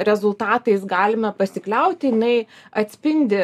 rezultatais galime pasikliaut jinai atspindi